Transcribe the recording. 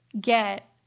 get